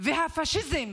והפשיזם